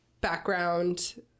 Background